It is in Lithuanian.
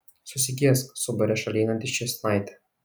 susigėsk subarė šalia einanti ščėsnaitė